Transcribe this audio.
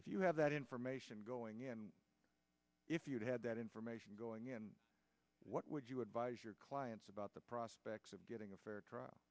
if you have that information going in if you had that information going in what would you advise your clients about the prospects of getting a fair trial